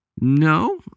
No